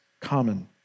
common